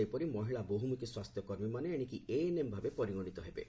ସେହିପରି ମହିଳା ବହୁମୁଖୀ ସ୍ୱାସ୍ଥ୍ୟକର୍ମୀମାନେ ଏଶିକି ଏଏନ୍ଏମ୍ ଭାବେ ପରିଗଣିତ ହେବେ